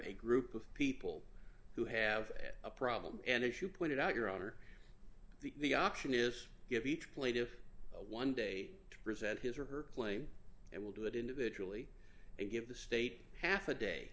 a group of people who have a problem and as you pointed out your honor the option is give each plate of one day to present his or her claim and we'll do it individually and give the state half a day